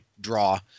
draw